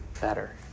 better